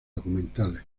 documentales